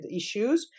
issues